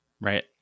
Right